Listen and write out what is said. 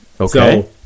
Okay